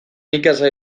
ikasgai